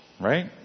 right